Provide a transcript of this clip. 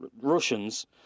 Russians